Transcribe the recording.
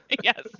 Yes